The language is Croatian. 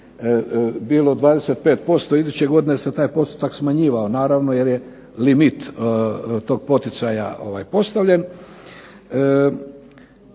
bilo, 25% iduće godine se taj postotak smanjivao. Naravno jer je limit tog poticaja postavljen.